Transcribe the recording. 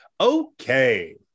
Okay